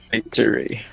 Victory